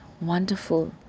wonderful